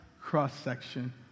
cross-section